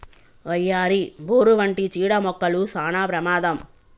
వయ్యారి, బోరు వంటి చీడ మొక్కలు సానా ప్రమాదం